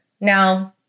Now